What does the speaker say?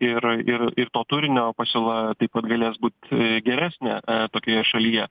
ir ir ir to turinio pasiūla taip pat galės būt geresnė tokioje šalyje